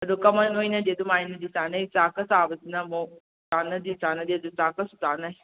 ꯑꯗꯨ ꯀꯃꯟ ꯑꯣꯏꯅꯗꯤ ꯑꯗꯨꯃꯥꯏꯅꯗꯤ ꯆꯥꯅꯩ ꯆꯥꯛꯀ ꯆꯥꯕꯁꯤꯅ ꯑꯃꯨꯛ ꯄꯥꯛꯅꯗꯤ ꯆꯥꯅꯗꯦ ꯑꯗꯨ ꯆꯥꯛꯀꯁꯨ ꯆꯥꯟꯅꯩ